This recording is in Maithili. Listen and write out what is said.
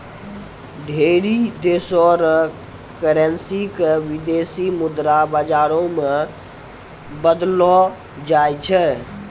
ढेरी देशो र करेन्सी क विदेशी मुद्रा बाजारो मे बदललो जाय छै